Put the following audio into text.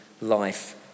life